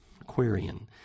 Aquarian